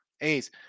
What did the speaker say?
A's